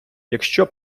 якщо